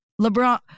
LeBron